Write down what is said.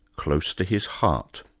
close to his heart.